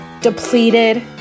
depleted